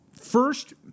first